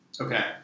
Okay